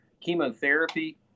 chemotherapy